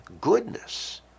goodness